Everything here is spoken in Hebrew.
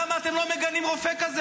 למה אתם לא מגנים רופא כזה?